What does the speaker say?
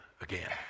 again